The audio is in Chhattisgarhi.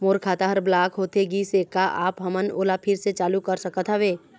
मोर खाता हर ब्लॉक होथे गिस हे, का आप हमन ओला फिर से चालू कर सकत हावे?